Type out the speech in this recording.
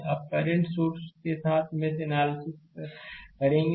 तो अब current source के साथ मेष एनालिसिस का एनालिसिस करेंगे